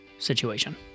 situation